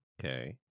Okay